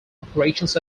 operations